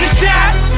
shots